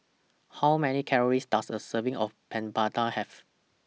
How Many Calories Does A Serving of Papadum Have